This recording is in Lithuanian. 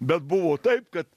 bet buvo taip kad